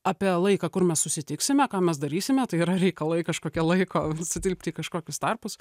apie laiką kur mes susitiksime ką mes darysime tai yra reikalai kažkokie laiko sutilpti į kokius tarpus